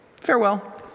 Farewell